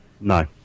No